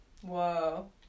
Whoa